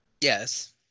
Yes